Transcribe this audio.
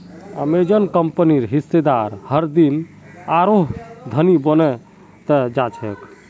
Amazon कंपनीर हिस्सेदार हरदिन आरोह धनी बन त जा छेक